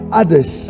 others